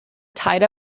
tied